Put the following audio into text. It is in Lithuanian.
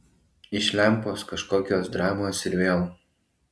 iš lempos kažkokios dramos ir vėl